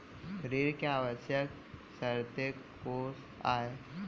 ऋण के आवश्यक शर्तें कोस आय?